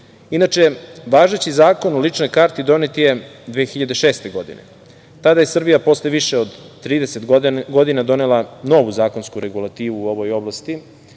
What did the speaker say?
važeći Zakon o ličnoj karti donet je 2006. godine, tada je Srbija posle više od 30 godina donela novu zakonsku regulativu u ovoj oblasti